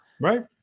right